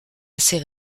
assez